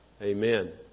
Amen